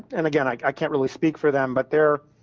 and again like i can't really speak for them, but they're